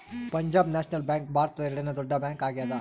Punjab National Bank ಭಾರತದ ಎರಡನೆ ದೊಡ್ಡ ಬ್ಯಾಂಕ್ ಆಗ್ಯಾದ